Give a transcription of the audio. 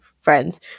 friends